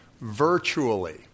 virtually